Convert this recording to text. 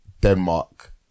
Denmark